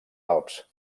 alps